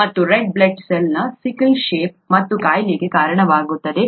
ಮತ್ತು ಇದು red blood ಸೆಲ್ನ ಸಿಕಲ್ ಸೆಲ್ ಶೇಪ್ ಮತ್ತು ಕಾಯಿಲೆಗೆ ಕಾರಣವಾಗುತ್ತದೆ